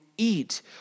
eat